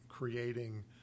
Creating